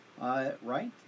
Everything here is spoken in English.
right